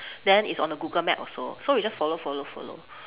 then it's on the Google map also so we just follow follow follow